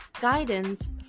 guidance